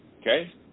Okay